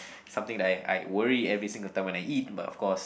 something that I I worry every single time when I eat but of course